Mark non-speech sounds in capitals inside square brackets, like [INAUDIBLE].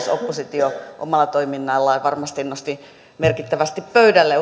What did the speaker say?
oppositio omalla toiminnallaan varmasti nosti merkittävästi pöydälle [UNINTELLIGIBLE]